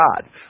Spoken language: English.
God